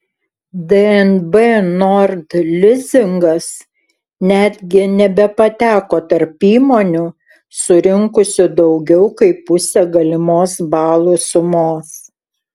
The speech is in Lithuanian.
dnb nord lizingas netgi nebepateko tarp įmonių surinkusių daugiau kaip pusę galimos balų sumos